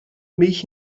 milch